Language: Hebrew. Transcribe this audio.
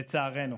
לצערנו,